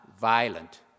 violent